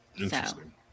Interesting